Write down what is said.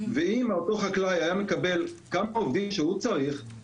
ואם אותו חקלאי היה מקבל כמה עובדים שהוא צריך,